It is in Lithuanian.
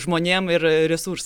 žmonėm ir resurs